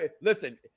listen